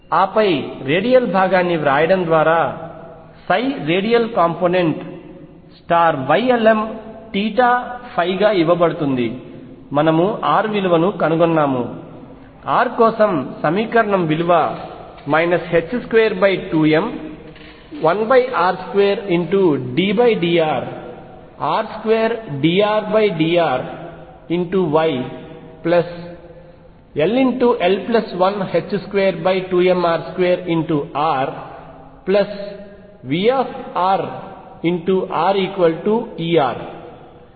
ఆపై రేడియల్ భాగాన్ని వ్రాయడం ద్వారా రేడియల్ కాంపోనెంట్ Ylmθϕ గా ఇవ్వబడుతుంది మనము r విలువను కనుగొన్నాము r కోసం సమీకరణం విలువ 22m1r2ddrr2dRdrYll122mr2RVrRER